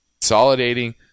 Consolidating